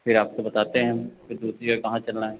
फिर आपको बताते हैं हम कि दूसरी जगह कहाँ चलना है